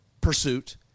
pursuit